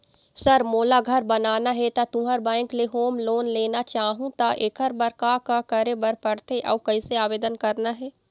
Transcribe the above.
Sir मोला घर बनाना हे ता तुंहर बैंक ले होम लोन लेना चाहूँ ता एकर बर का का करे बर पड़थे अउ कइसे आवेदन करना हे?